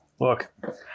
Look